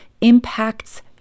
impacts